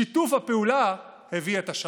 שיתוף הפעולה הביא את השלום.